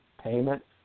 payment